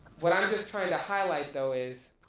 what i'm just trying to highlight though is,